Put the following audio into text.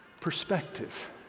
perspective